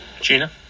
Gina